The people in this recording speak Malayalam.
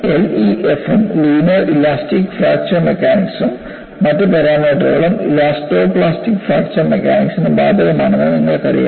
LEFM linear elastic fracture mechanics ഉം മറ്റ് പാരാമീറ്ററുകളും ഇലാസ്റ്റോ പ്ലാസ്റ്റിക് ഫ്രാക്ചർ മെക്കാനിക്സ്ന് ബാധകമാണെന്ന് നിങ്ങൾക്കറിയാം